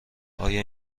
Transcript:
آیا